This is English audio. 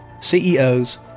CEOs